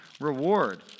reward